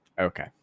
okay